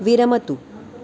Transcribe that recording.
विरमतु